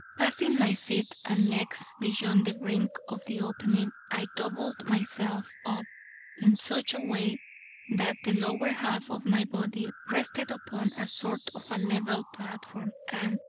passing my feet and legs beyond the brink of the opening, i doubled myself up in such a way that the lower half of my body rested upon a sort of a level platform, and,